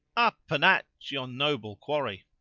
up and at yon noble quarry!